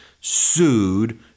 sued